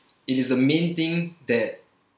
it is a main thing that